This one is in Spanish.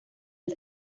del